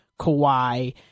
Kawhi